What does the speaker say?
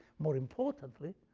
more importantly,